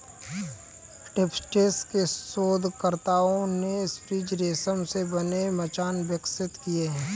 Tufts के शोधकर्ताओं ने स्पंजी रेशम से बने मचान विकसित किए हैं